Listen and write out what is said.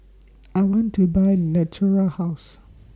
I want to Buy Natura House